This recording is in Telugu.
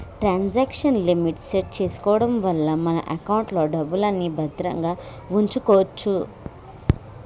ట్రాన్సాక్షన్ లిమిట్ సెట్ చేసుకోడం వల్ల మన ఎకౌంట్లో డబ్బుల్ని భద్రంగా వుంచుకోచ్చు